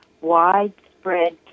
widespread